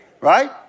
right